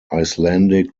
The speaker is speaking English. icelandic